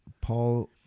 Paul